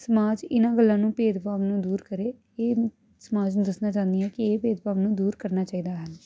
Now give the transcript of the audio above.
ਸਮਾਜ ਇਹਨਾਂ ਗੱਲਾਂ ਨੂੰ ਭੇਦ ਭਾਵ ਨੂੰ ਦੂਰ ਕਰੇ ਇਹ ਸਮਾਜ ਨੂੰ ਦੱਸਣਾ ਚਾਹੁੰਦੀ ਹਾਂ ਕਿ ਇਹ ਭੇਦ ਭਾਵ ਨੂੰ ਦੂਰ ਕਰਨਾ ਚਾਹੀਦਾ ਹੈ